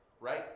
right